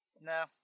no